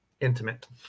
intimate